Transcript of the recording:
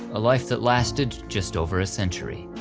a life that lasted just over a century.